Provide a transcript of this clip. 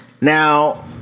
Now